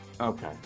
Okay